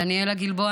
דניאלה גלבוע,